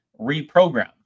reprogrammed